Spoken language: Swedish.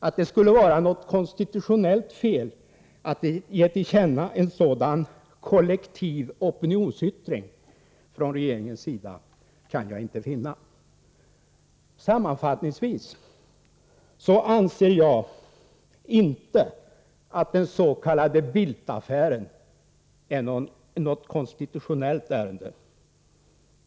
Att det skulle vara något konstitutionellt fel att ge till känna en sådan kollektiv opinionsyttring från regeringens sida kan jag inte finna. Sammanfattningsvis anser jag inte att den s.k. Bildtaffären är något konstitutionellt ärende.